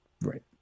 Right